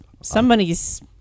Somebody's